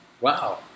Wow